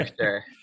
sure